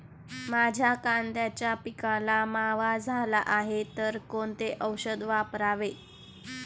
माझ्या कांद्याच्या पिकाला मावा झाला आहे तर कोणते औषध वापरावे?